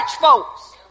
folks